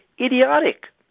idiotic